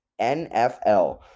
NFL